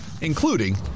including